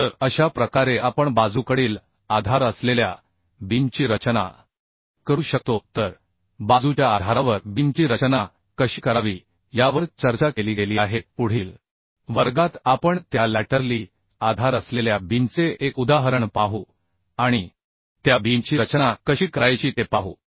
तर अशा प्रकारे आपण लॅटरल आधार असलेल्या बीमची रचना करू शकतो तर बाजूच्या आधारावर बीमची रचना कशी करावी यावर चर्चा केली गेली आहे पुढील वर्गात आपण त्या लॅटरली आधार असलेल्या बीमचे एक उदाहरण पाहू आणि त्या बीमची रचना कशी करायची ते पाहू